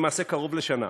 למעשה קרוב לשנה.